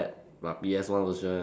but P_S one version